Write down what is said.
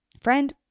Friend